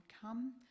come